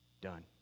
Done